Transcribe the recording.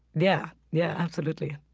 yeah. yeah. absolutely